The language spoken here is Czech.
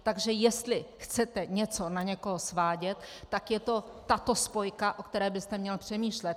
Takže jestli chcete něco na někoho svádět, tak je to tato spojka, o které byste měl přemýšlet.